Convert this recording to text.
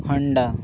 Honda